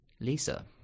Lisa